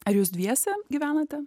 ar jūs dviese gyvenate